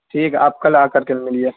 ٹھیک ہے آپ کل آ کر کے ملیے